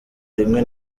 rimwe